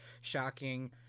shocking